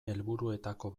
helburuetako